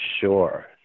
sure